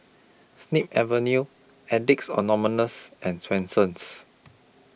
Snip Avenue Addicts Anonymous and Swensens